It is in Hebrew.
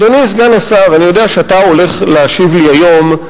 אדוני סגן השר, אני יודע שאתה הולך להשיב לי היום,